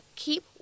keep